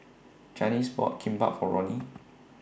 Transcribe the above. Janis bought Kimbap For Roni